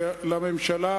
לממשלה,